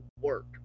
work